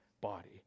body